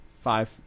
Five